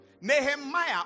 Nehemiah